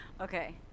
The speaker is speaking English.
Okay